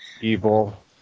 Evil